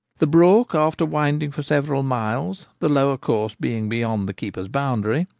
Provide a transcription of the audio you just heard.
the brook, after winding for several miles, the lower course being beyond the keeper's boun daries,